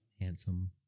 Handsome